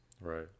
Right